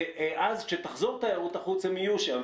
ואז כשתחזור תיירות החוץ הם יהיו שם.